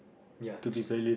ya just